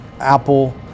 Apple